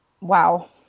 Wow